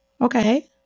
Okay